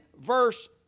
verse